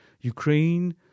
Ukraine